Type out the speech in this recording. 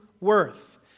worth